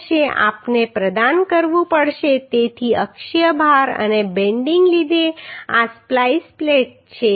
હવે આપણે પ્રદાન કરવું પડશે તેથી અક્ષીય ભાર અને બેન્ડિંગને લીધે આ સ્પ્લાઈસ પ્લેટ છે